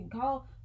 call